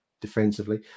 defensively